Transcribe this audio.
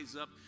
up